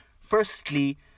firstly